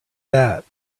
that